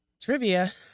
Trivia